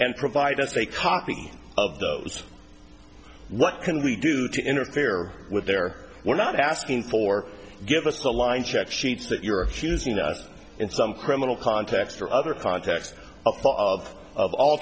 and provide us a copy of those what can we do to interfere with their we're not asking for give us the line check sheets that you're accusing us of in some criminal context or other context of of